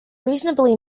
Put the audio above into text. reasonably